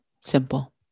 Simple